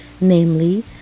namely